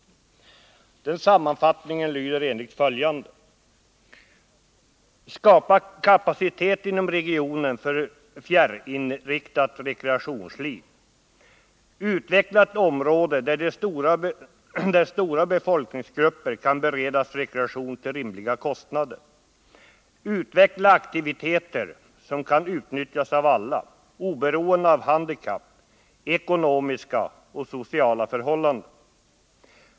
Den sammanfattningen tar upp följande åtgärder: Skapa kapacitet inom regionen för fjärrinriktat rekreationsliv. Utveckla ett område där stora befolkningsgrupper kan beredas rekreation till rimliga kostnader. Utveckla aktiviteter som kan utnyttjas av alla, oberoende av handikapp, ekonomiska och sociala förhållanden.